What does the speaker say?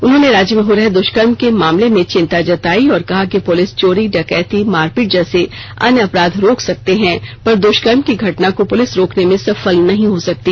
उन्होंने राज्य में हो रहे दुष्कर्म के मामले में चिंता जताई और कहा कि पुलिस चोरी डकैती मारपीट जैसे अन्य अपराध रोक सकते हैं पर दुष्कर्म की घटना को पुलिस रोकने में सफल नहीं हो सकती